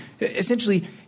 Essentially